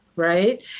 Right